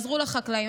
תעזרו לחקלאים.